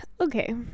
Okay